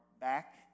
back